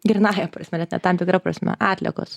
grynąja prasme net tam tikra prasme atliekos